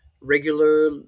regular